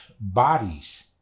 bodies